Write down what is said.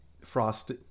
Frost